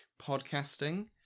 podcasting